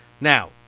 Now